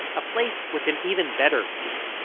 a place with an even better view,